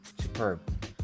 superb